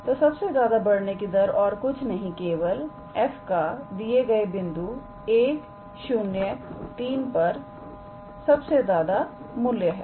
तो सबसे ज्यादा बढ़ने की दर और कुछ नहीं केवल f का दिए गए बिंदु103 पर सबसे ज्यादा मूल्य है